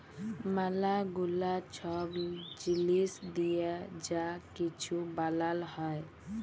ম্যালা গুলা ছব জিলিস দিঁয়ে যা কিছু বালাল হ্যয়